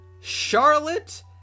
Charlotte